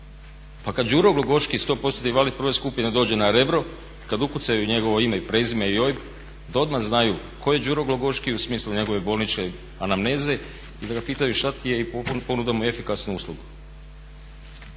Pa kada Đuro Glogoški 100%-tni invalid prve skupine dođe na Rebro, kada ukucaju njegovo ime i prezime i OIB da odmah znaju tko je Đuro Glogoški u smislu njegove bolničke anamneze i da ga pitaju šta ti je i ponude mu efikasnu uslugu.